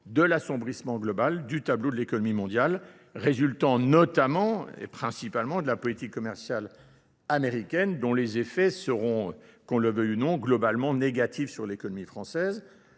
de l'assombrissement global du tableau de l'économie mondiale, résultant notamment et principalement de la politique commerciale américaine dont les effets seront, qu'on le veuille ou non, globalement négatifs sur l'économie française,